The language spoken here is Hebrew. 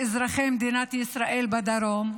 אזרחי מדינת ישראל בדרום.